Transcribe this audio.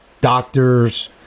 doctors